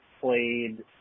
played